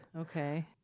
Okay